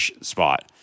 spot